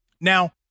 Now